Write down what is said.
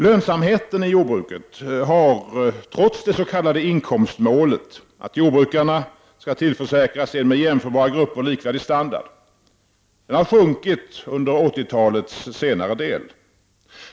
Lönsamheten i jordbruket har — trots det s.k. inkomstmålet, dvs. att jordbrukarna skall tillförsäkras en med jämförbara grupper likvärdig standard — sjunkit under 80-talets senare del.